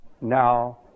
now